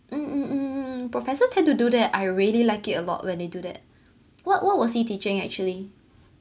mm mm mm mm mm mm professor tend to do that I really like it a lot when they do that what what was he teaching actually